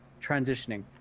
transitioning